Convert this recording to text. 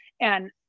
And-